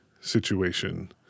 situation